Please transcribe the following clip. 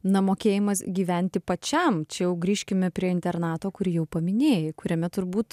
na mokėjimas gyventi pačiam čia jau grįžkime prie internato kurį jau paminėjai kuriame turbūt